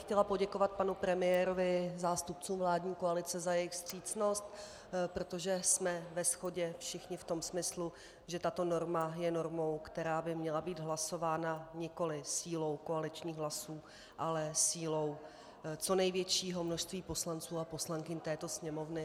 Chtěla bych poděkovat panu premiérovi, zástupcům vládní koalice za jejich vstřícnost, protože jsme ve shodě všichni v tom smyslu, že tato norma je normou, která by měla být hlasována nikoli silou koaličních hlasů, ale silou co největšího množství poslanců a poslankyň této Sněmovny.